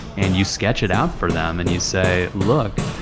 and you sketch it out for them, and you say, look,